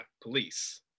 police